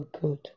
good